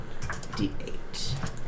D8